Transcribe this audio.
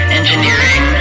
engineering